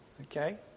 okay